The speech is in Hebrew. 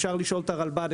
אפשר לשאול את הרלב"ד,